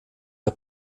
der